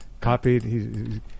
copied